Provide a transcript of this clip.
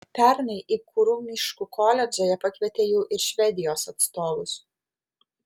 pernai į kuru miškų koledžą jie pakvietė jau ir švedijos atstovus